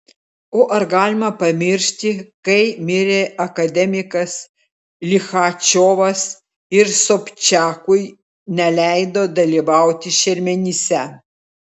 o ar galima pamiršti kai mirė akademikas lichačiovas ir sobčiakui neleido dalyvauti šermenyse